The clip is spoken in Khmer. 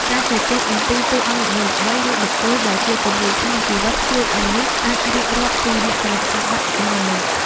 ការជជែកអំពីតួអង្គល្បីៗ ឬបុគ្គលដែលជាគំរូក្នុងជីវិត ជួយឱ្យអ្នកអាចរៀបរាប់ពីលក្ខណៈសម្បត្តិរបស់មនុស្ស។